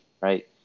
right